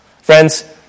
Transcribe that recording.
Friends